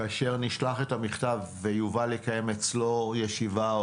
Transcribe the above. כאשר נשלח את המכתב ויובל יקיים אצלו ישיבה או